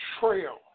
trail